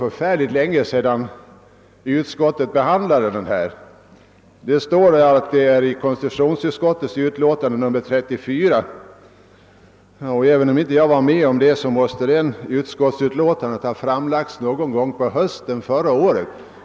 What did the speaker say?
I dagens utlåtande nämns det att motioner i det ärendet behandlades i konstitutionsutskottets utlåtande nr 34 år 1969. Vid det tillfället var jag inte med i utskottet, men såvitt jag förstår måste utlåtandet ha framlagts någon gång på hösten förra året.